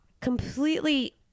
completely